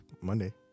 Monday